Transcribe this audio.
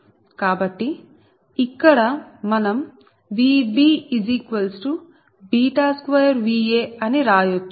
కాబట్టి ఇక్కడ మనం Vb2Va అని రాయచ్చు